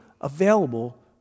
available